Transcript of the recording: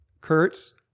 Kurtz